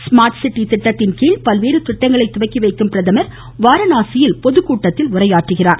smart city திட்டத்தின் கீழ் பல்வேறு திட்டங்களை துவக்கி வைக்கும் பிரதமர் வாரணாசியில் பொதுக்கூட்டத்திலும் இன்று உரையாற்றுகிறார்